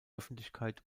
öffentlichkeit